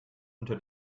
unter